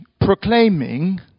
proclaiming